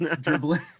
Dribbling